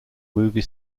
movie